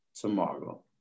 Tomorrow